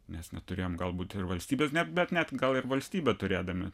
nes neturėjome galbūt ir valstybės ne bet net gal ir valstybę turėdami